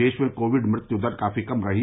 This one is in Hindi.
देश में कोविड मृत्यु दर काफी कम रही